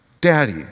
Daddy